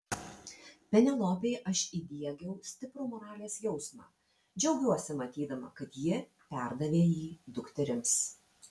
penelopei aš įdiegiau stiprų moralės jausmą džiaugiuosi matydama kad ji perdavė jį dukterims